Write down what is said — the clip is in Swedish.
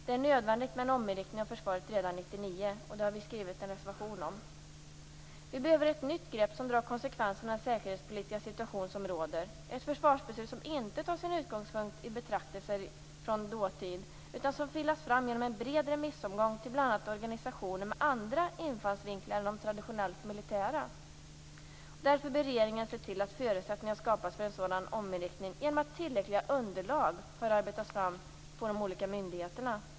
Det är nödvändigt med en ominriktning av försvaret redan 1999. Det har vi skrivit en reservation om. Vi behöver ett nytt grepp som gör att man kan dra konsekvenserna av den säkerhetspolitiska situation som råder, ett försvarsbeslut som inte tar sin utgångspunkt i betraktelser från dåtid, utan som filas fram genom en bred remissomgång till bl.a. organisationer med andra infallsvinklar än de traditionellt militära. Därför bör regeringen se till att förutsättningar skapas för en sådan ominriktning genom att tillräckliga underlag har arbetats fram på de olika myndigheterna.